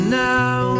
now